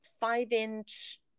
five-inch